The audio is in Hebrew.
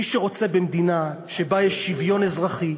מי שרוצה מדינה שיש בה שוויון אזרחי,